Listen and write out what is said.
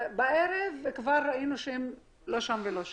בערב ראינו שהם לא שם ולא שם.